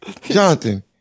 jonathan